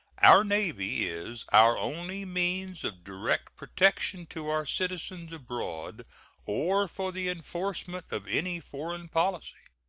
our navy is our only means of direct protection to our citizens abroad or for the enforcement of any foreign policy.